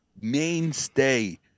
mainstay